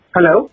Hello